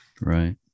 Right